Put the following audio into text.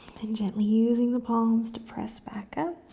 and gently using the palms to press back up.